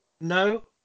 No